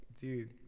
dude